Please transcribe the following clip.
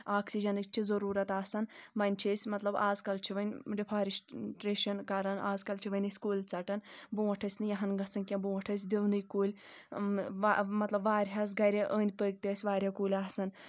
آکسیٖجنٕچۍ چھِ ضروٗرت آسان وۄنۍ چھِ أسۍ مطلب آز کل چھِ وۄنۍ ڈِفارِیٚسٹَرٛیشَن کَران آز کل چھِ وۄنۍ أسۍ کُلۍ ژٹان برونٛٹھ ٲسۍ نہٕ یہِ ہان گژھان کینٛہہ برونٛٹھ ٲسۍ دِونے کُلۍ مطلب واریاہَس گَرِ أنٛدۍ پٔکۍ تہِ ٲسۍ واریاہ کُلۍ آسان